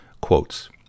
quotes